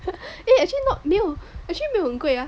eh actually not 没有 actually 没有很贵啊